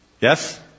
Yes